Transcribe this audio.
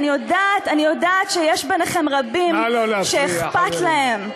סתיו, זה לא נכון.